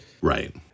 Right